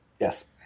Yes